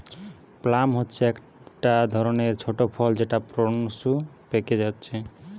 plum হচ্ছে একটা ধরণের ছোট ফল যেটা প্রুনস পেকে হচ্ছে